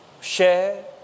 share